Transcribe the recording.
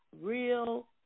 real